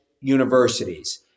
universities